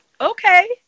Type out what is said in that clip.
Okay